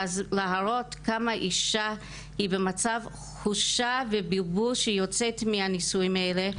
להראות כמה אישה היא במצב תחושה ובלבול כשהיא יוצאת מהנישואים האלה,